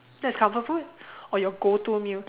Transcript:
that's comfort food or your go to meal